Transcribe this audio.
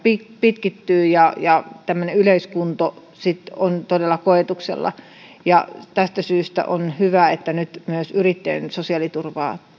pitkittyy ja ja tämmöinen yleiskunto sitten on todella koetuksella tästä syystä on hyvä että nyt myös yrittäjän sosiaaliturvaa